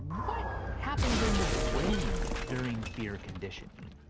what happens in the brain during fear conditioning?